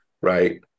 right